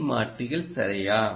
C மாற்றிகள் சரியா